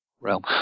realm